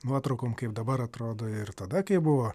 nuotraukom kaip dabar atrodo ir tada kaip buvo